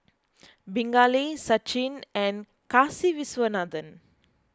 Pingali Sachin and Kasiviswanathan